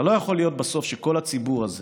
אבל לא יכול להיות בסוף שכל הציבור הזה